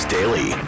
Daily